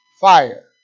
Fire